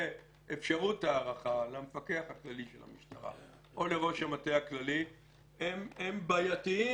ואפשרות ההארכה למפקח הכללי של המשטרה או לראש המטה הכללי הן בעייתיות,